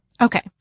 Okay